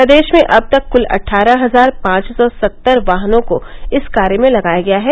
प्रदेश में अब तक कूल अट्ठारह हजार पांच सौ सत्तर वाहनों को इस कार्य में लगाया गया है